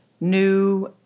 new